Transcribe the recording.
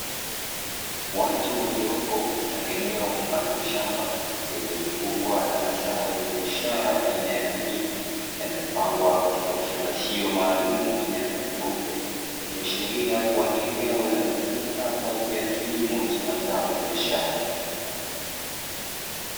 Watu waliopo katika eneo mfano wa shamba, lililozungukwa na mazao ya biashara ya mahindi, yanayopangwa katika vifungashio maalumu vyenye rangi nyeupe, ikiashiria kuwa ni eneo linalotumika kwa ajili ya kilimo cha mazao ya biashara.